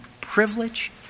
privilege